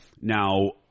now